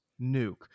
Nuke